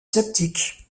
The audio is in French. sceptique